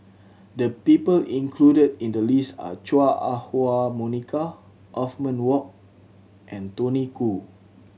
the people included in the list are Chua Ah Huwa Monica Othman Wok and Tony Khoo